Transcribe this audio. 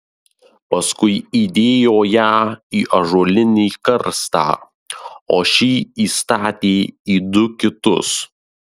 paskui įdėjo ją į ąžuolinį karstą o šį įstatė į du kitus